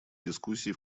дискуссии